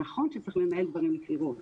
נכון שצריך לנהל דברים ישירות.